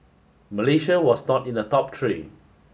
Malaysia was not in the top three